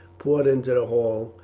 poured into the hall,